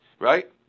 Right